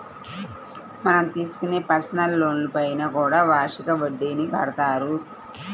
మనం తీసుకునే పర్సనల్ లోన్లపైన కూడా వార్షిక వడ్డీని కడతారు